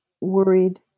worried